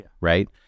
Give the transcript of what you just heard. Right